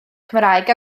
cymraeg